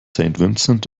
vincent